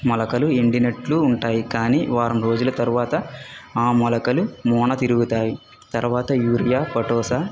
మొలకలు ఎండినట్లు ఉంటాయి కానీ వారం రోజుల తర్వాత ఆ మొలకలు మూన తిరుగుతాయి తర్వాత యూరియా పటోస